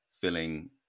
filling